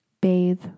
bathe